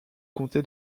comté